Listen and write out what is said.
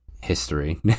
history